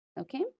Okay